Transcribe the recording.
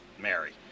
mary